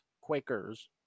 Quakers